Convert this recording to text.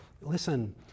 Listen